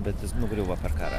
bet jis nugriuvo per karą